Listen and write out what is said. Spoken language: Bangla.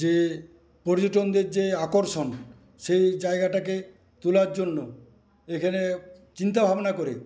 যে পর্যটনদের যে আকর্ষণ সেই জায়গাটাকে তোলার জন্য এখানে চিন্তাভাবনা করে